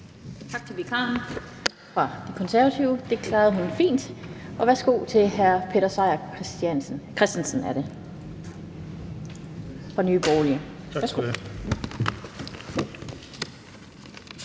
Tak til vikaren